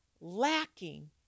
lacking